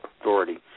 authority